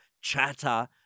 chatter